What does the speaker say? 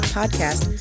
podcast